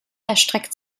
erstreckt